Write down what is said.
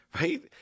right